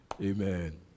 Amen